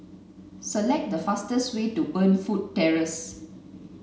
select the fastest way to Burnfoot Terrace